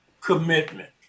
commitment